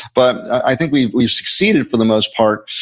but i think we've we've succeeded for the most part.